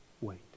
Wait